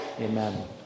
Amen